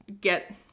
get